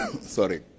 sorry